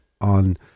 on